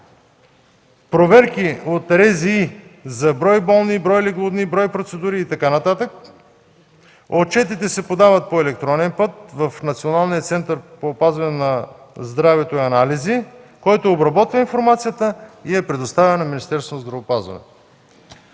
здравни инспекции за брой болни, брой леглодни, брой процедури и така нататък. Отчетите се подават по електронен път в Националния център по опазване на здравето и анализи, който обработва информацията и я предоставя на Министерството на здравеопазването.